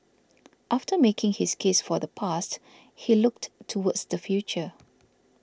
after making his case for the past he looked towards the future